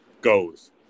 goes